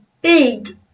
big